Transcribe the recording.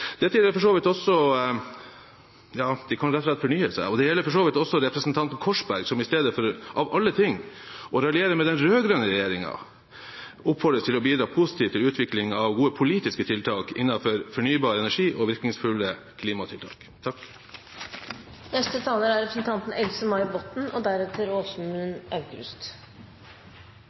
dette videre, hvis de ønsker å gjøre det, som de for så vidt også gjorde i de forslagene som vi har reist tidligere. Ja, de kan rett og slett fornye seg. Det gjelder for så vidt også representanten Korsberg, som i stedet for av alle ting å raljere med den rød-grønne regjeringen oppfordres til å bidra positivt til utvikling av gode politiske tiltak innenfor fornybar energi og virkningsfulle klimatiltak.